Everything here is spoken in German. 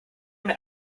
mir